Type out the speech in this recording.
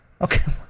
okay